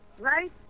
right